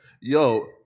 Yo